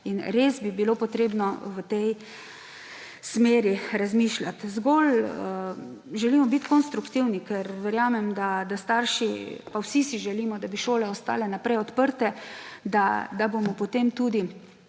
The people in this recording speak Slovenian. in res bi bilo potrebno v tej smeri razmišljati. Zgolj želimo biti konstruktivni, ker verjamem, da si starši oziroma vsi si želimo, da bi šole ostale naprej odprte, da bomo potem tudi